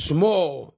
Small